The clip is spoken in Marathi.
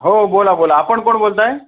हो बोला बोला आपण कोण बोलत आहे